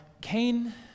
Cain